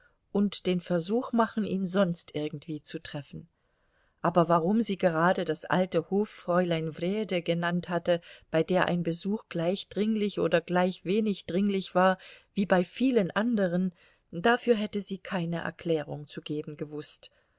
und den versuch machen ihn sonst irgendwie zu treffen aber warum sie gerade das alte hoffräulein wrede genannt hatte bei der ein besuch gleich dringlich oder gleich wenig dringlich war wie bei vielen anderen dafür hätte sie keine erklärung zu geben gewußt